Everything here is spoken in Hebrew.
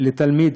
לתלמיד,